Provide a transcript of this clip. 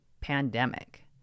pandemic